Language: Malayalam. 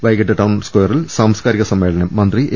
വൈകീട്ട് ടൌൺ സ്ക്വയറിൽ സാംസ്കാരിക സമ്മേളനം മന്ത്രി എ